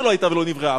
שלא היתה ולא נבראה,